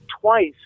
twice